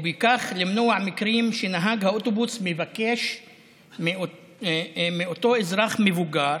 וכך למנוע מקרים שנהג האוטובוס מבקש מאותו אזרח מבוגר